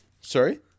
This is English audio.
Sorry